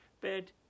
bed